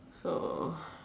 so